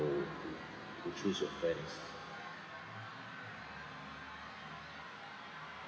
to choose your friends